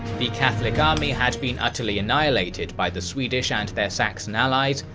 the catholic army had been utterly annihilated by the swedish and their saxon allies,